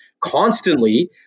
constantly